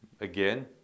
again